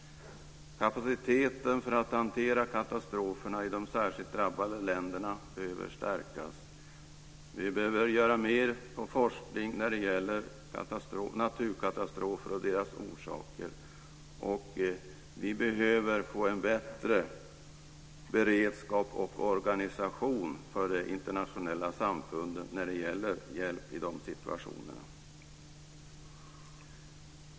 Kapaciteten för att hantera katastroferna i de särskilt drabbade länderna behöver stärkas. Vi behöver göra mer i fråga om forskning om naturkatastrofer och deras orsaker. Och vi behöver få en bättre beredskap och organisation för det internationella samfundet när det gäller hjälp i dessa situationer.